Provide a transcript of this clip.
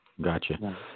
Gotcha